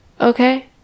Okay